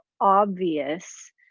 obvious